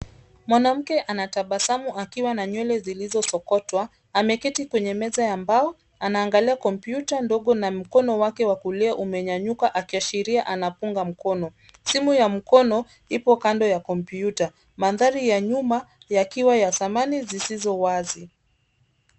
Mwanamke anatabasamu akiwa na nywele zilizosokotwa .Ameketi kwenye meza ya mbao. Anaangalia kompyuta ndogo na mkono wake wa kulia umenyanyuka akiashiria anapunga mkono. Simu ya mkono ipo kando ya kompyuta. mandhari ya nyuma yakiwa ya zamani zisizo wazi.